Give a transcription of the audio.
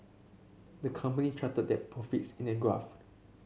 the company charted their profits in an graph